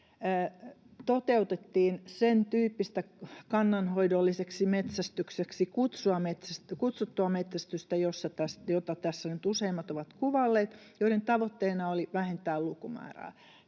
toteutettiin sentyyppistä kannanhoidolliseksi metsästykseksi kutsuttua metsästystä, jota tässä nyt useimmat ovat kuvailleet, jonka tavoitteena oli vähentää lukumäärää,